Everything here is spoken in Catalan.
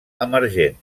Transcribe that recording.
emergent